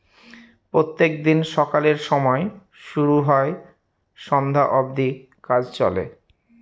প্রত্যেক দিন সকালের সময় শুরু হয় সন্ধ্যা অব্দি কাজ চলে